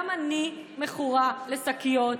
גם אני מכורה לשקיות,